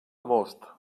most